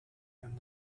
and